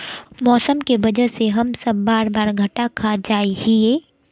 मौसम के वजह से हम सब बार बार घटा खा जाए हीये?